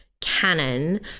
canon